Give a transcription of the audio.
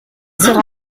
sera